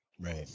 Right